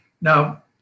Now